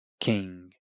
king